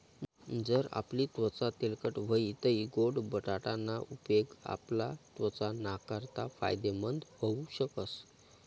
जर आपली त्वचा तेलकट व्हयी तै गोड बटाटा ना उपेग आपला त्वचा नाकारता फायदेमंद व्हऊ शकस